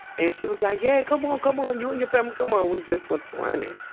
and she was like, yeah. come on! come on! you and your family come on. and we just went running.